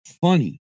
funny